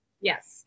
Yes